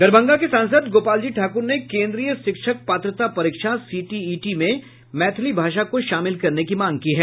दरभंगा के सांसद गोपाल जी ठाकुर ने केन्द्रीय शिक्षक पात्रता परीक्षा सीटीईटी में मैथिली भाषा को शामिल करने की मांग की है